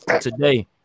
today